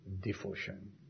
devotion